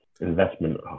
investment